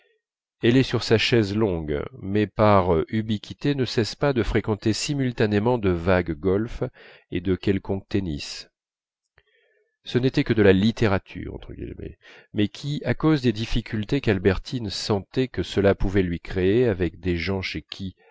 elle est sur sa chaise longue mais par ubiquité ne cesse pas de fréquenter simultanément de vagues golfs et de quelconques tennis ce n'était que de la littérature mais qui à cause des difficultés qu'albertine sentait que cela pouvait lui créer avec des gens chez qui